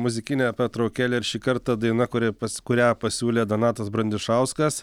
muzikinę pertraukėlę ir šį kartą daina kuri pas kurią pasiūlė donatas brandišauskas